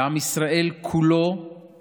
ועם ישראל כולו